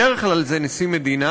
בדרך כלל זה נשיא מדינה,